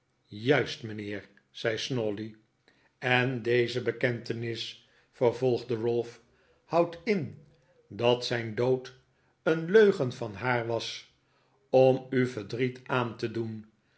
juist mijnheer zei snawley en deze bekentenis vervolgde ralph houdt in dat zijn dood een leugen van haar was om u verdriet aan te doen